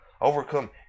Overcome